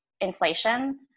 inflation